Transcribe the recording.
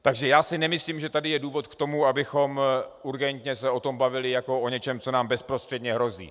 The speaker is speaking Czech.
Takže já si nemyslím, že tady je důvod k tomu, abychom urgentně se o tom bavili jako o něčem, co nám bezprostředně hrozí.